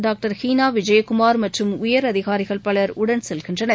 doctor Heena Vijayakumar மற்றும் உயர் அதிகாரிகள் பலர் உடன் செல்கின்றனர்